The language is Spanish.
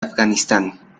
afganistán